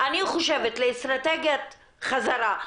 אני חושבת לאסטרטגיית חזרה,